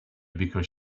because